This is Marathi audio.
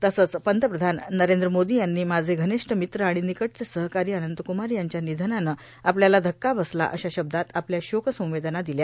तसंच पंतप्रधान नरेंद्र मोदी यांनी माझे घनिष्ठ मित्र आणि निकटचे सहकारी अनंत कुमार यांच्या निधनानं आपल्याला धक्का बसला अशा शब्दात आपल्या शोकसंवेदना दिल्या